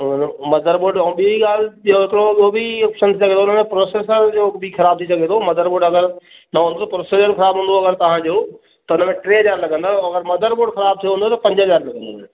मतलबु motherboard ऐं ॿीं ॻाल्हि ॿियों थोरो ॿियों बि ऑपशन आहे अगरि हुन में प्रोसेसर जो बि ख़राबु थी सघे थो मदर बोड अगरि न हुजे त प्रोसेसर ख़राबु हूंदव अगरि तव्हांजो त हुन में टे हज़ार लॻंदव ऐं अगरि मदर बोड ख़राबु थी वियो हूंदो त पंज हज़ार लॻंदव